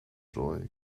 joy